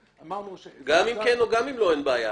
גם אם כן וגם אם לא אין בעיה.